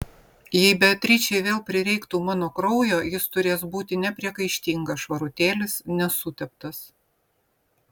jei beatričei vėl prireiktų mano kraujo jis turės būti nepriekaištingas švarutėlis nesuteptas